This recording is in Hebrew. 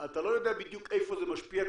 אתה לא יודע בדיוק איפה זה משפיע,